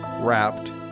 wrapped